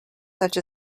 such